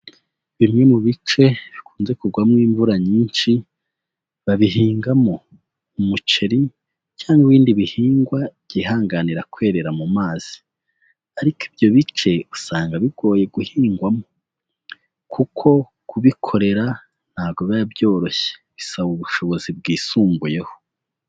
Bimwe mu bice bikunze kugwamo imvura nyinshi babihingamo umuceri cyangwa ibindi bihingwa byihanganira kwerera mu mazi. Ariko ibyo bice usanga bigoye guhingwamo kuko kubikorera ntabwo biba byoroshye, bisaba ubushobozi bwisumbuyeho.